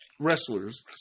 Wrestlers